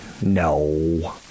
No